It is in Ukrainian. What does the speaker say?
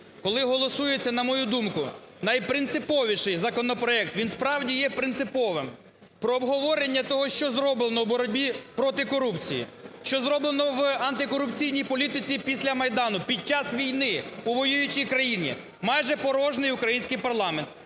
Коли голосується, на мою думку, найпринциповіший законопроект, він, справді, є принциповим, про обговорення того, що зроблено у боротьбі проти корупції, що зроблено в антикорупційній політиці після Майдану, під час війни у воюючій країні, майже порожній український парламент: